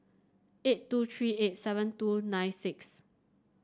eight two three eight seven two nine six